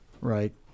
right